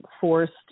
forced